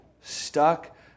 stuck